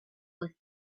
with